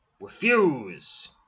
Refuse